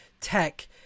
tech